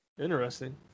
Interesting